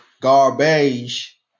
garbage